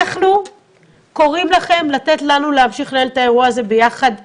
אנחנו קוראים לכם לתת לנו להמשיך לנהל את האירוע הזה ביחד איתכם.